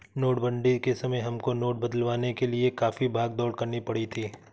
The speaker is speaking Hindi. नोटबंदी के समय हमको नोट बदलवाने के लिए काफी भाग दौड़ करनी पड़ी थी